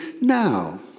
now